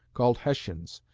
called hessians,